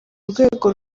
rwego